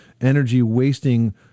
energy-wasting